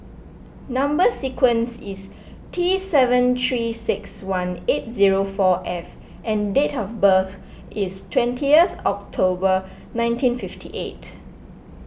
Number Sequence is T seven three six one eight zero four F and date of birth is twentieth October nineteen fifty eight